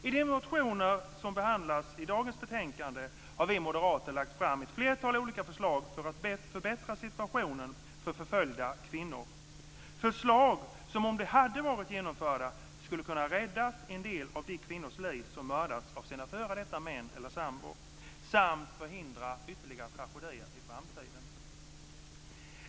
I de motioner som behandlas i dagens betänkande har vi moderater lagt ett flertal olika förslag för att förbättra situationen för förföljda kvinnor, förslag som, om de hade varit genomförda, skulle ha kunnat rädda några kvinnor från att mördas av sina f.d. män eller sambor samt förhindra ytterligare tragedier i framtiden.